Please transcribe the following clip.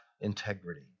integrity